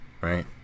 Right